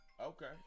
Okay